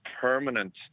permanent